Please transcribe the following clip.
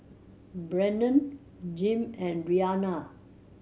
Brennan Jim and Rianna